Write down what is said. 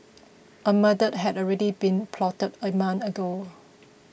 a murder had already been plotted a month ago